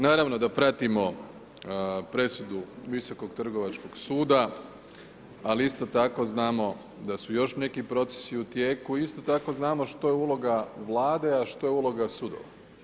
Naravno da pratimo presudu Visokog trgovačkog suda ali isto tako znamo da su još neki procesi u tijeku, isto tako znamo što je uloga Vlade a što je uloga sudova.